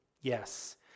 Yes